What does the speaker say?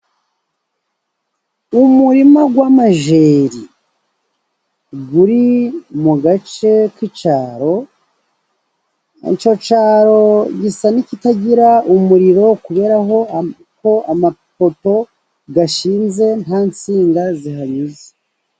Umurima w'amajeri, uri mu gace k'icyaro, icyo cyaro gisa n'ikitagira umuriro, kuberako aho amapoto ashinze nta nsinga zihanyuze.